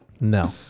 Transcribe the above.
No